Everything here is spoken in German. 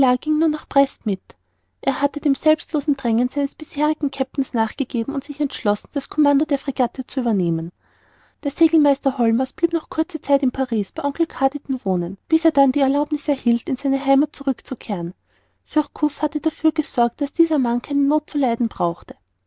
ging nur nach brest mit er hatte dem selbstlosen drängen seines bisherigen kapitäns nachgegeben und sich entschlossen das kommando der fregatte zu übernehmen der segelmeister holmers blieb noch kurze zeit in paris bei oncle carditon wohnen bis er dann die erlaubniß erhielt nach seiner heimat zurückzukehren surcouf hatte dafür gesorgt daß dieser mann keine noth zu leiden brauchte